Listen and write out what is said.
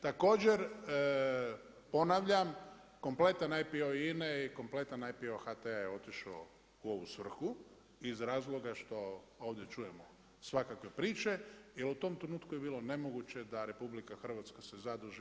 Također, ponavljam kompletan IPO Ine i kompletan IPO HT-a je otišao u ovu svrhu iz razloga što ovdje čujemo svakakve priče, jer u tom trenutku je bilo nemoguće da RH se zaduži.